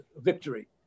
Victory